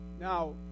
Now